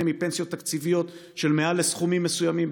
מפנסיות תקציביות של מעל סכומים מסוימים.